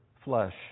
flesh